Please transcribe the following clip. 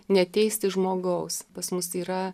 neteisti žmogaus pas mus yra